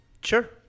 Sure